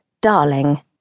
darling